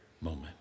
moment